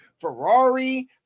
Ferrari